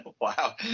wow